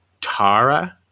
Tara